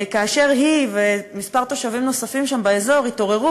כאשר היא וכמה תושבים נוספים שם באזור התעוררו